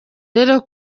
rero